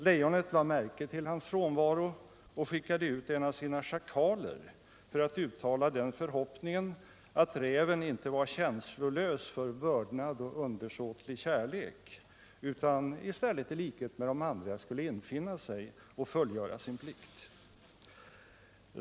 Lejonet lade märke till rävens frånvaro och skickade en av sina schakaler för att uttala den förhoppningen att räven inte var känslolös för vördnad och undersåtlig kärlek utan i stället i likhet med alla andra ville infinna sig och fullgöra sin plikt.